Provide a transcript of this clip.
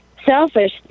selfish